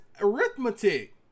arithmetic